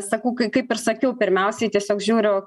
sakau kai kaip ir sakiau pirmiausiai tiesiog žiūriu